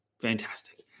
Fantastic